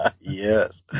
Yes